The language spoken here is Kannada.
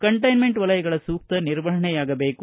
ಕಂಟೇನ್ತೆಂಟ್ ವಲಯಗಳ ಸೂಕ್ತ ನಿರ್ವಹಣೆಯಾಗಬೇಕು